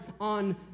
on